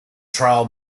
trial